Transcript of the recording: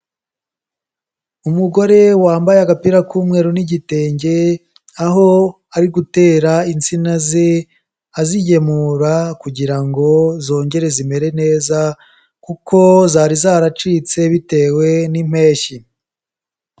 Umugore wambaye agapira k'umweru n'igitenge, aho ari gutera insina ze azigemura kugira ngo zongere zimere neza kuko zari zaracitse bitewe n'impeshyi.